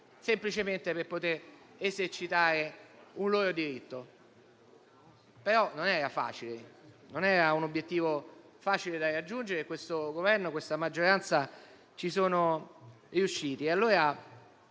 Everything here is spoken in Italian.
semplicemente per poter esercitare un loro diritto. Certo non era un obiettivo facile da raggiungere, ma questo Governo e questa maggioranza ci sono riusciti.